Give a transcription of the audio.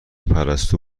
پرستو